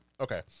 okay